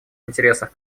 интересах